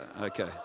okay